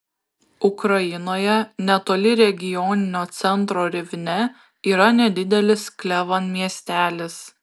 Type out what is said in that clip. ukrainoje netoli regioninio centro rivne yra nedidelis klevan miestelis